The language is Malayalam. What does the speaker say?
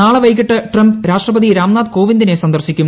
നാളെ വൈകിട്ട് ട്രംപ് രാഷ്ട്രപതി രാംനാഥ് കോവിന്ദിനെ സന്ദർശിക്കും